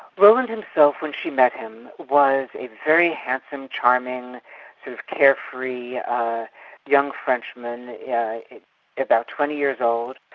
roland himself when she met him was a very handsome, charming, sort of carefree young frenchman, yeah about twenty years old.